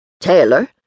Taylor